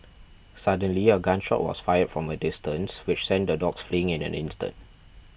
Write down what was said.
suddenly a gun shot was fired from a distance which sent the dogs flee in an instant